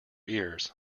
ears